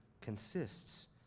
consists